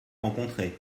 rencontrées